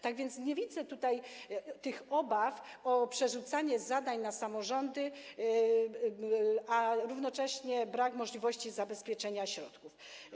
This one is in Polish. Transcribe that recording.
Tak więc nie podzielam tutaj tych obaw o przerzucanie zadań na samorządy przy, równocześnie, braku możliwości zabezpieczenia środków.